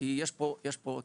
כי יש פה קצב,